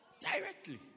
Directly